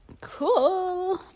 Cool